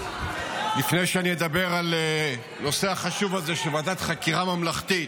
לפני שאני אדבר על הנושא החשוב הזה של ועדת חקירה ממלכתית,